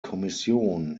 kommission